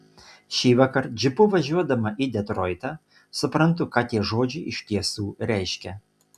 šįvakar džipu važiuodama į detroitą suprantu ką tie žodžiai iš tiesų reiškia